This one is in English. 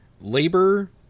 Labor